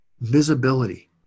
Visibility